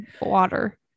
Water